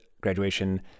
graduation